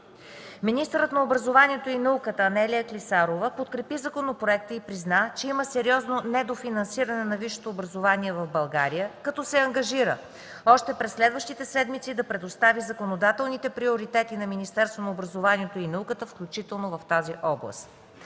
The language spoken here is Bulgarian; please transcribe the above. Министърът на образованието и науката Анелия Клисарова подкрепи законопроекта и призна, че има сериозно недофинансиране на висшето образование в България, като се ангажира още през следващите седмици да предостави законодателните приоритети на Министерството на образованието и науката, включително в тази област.